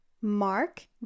Mark